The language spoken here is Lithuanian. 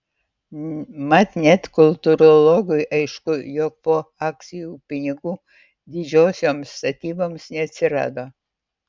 mat net kultūrologui aišku jog po akcijų pinigų didžiosioms statyboms neatsirado